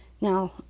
Now